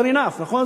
fair enough, נכון?